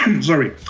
Sorry